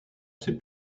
ses